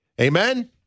Amen